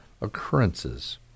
occurrences